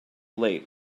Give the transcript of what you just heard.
late